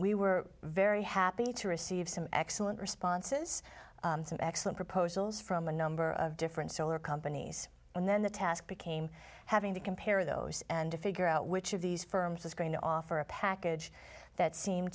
we were very happy to receive some excellent responses some excellent proposals from a number of different solar companies and then the task became having to compare those and to figure out which of these firms was going to offer a package that seemed